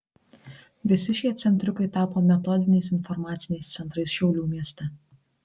visi šie centriukai tapo metodiniais informaciniais centrais šiaulių mieste